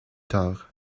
tard